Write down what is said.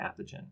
pathogen